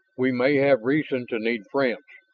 we may have reason to need friends